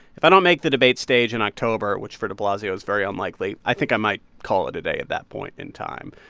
if i don't make the debate stage in october which, for de blasio, is very unlikely i think i might call it a day at that point in time.